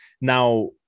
Now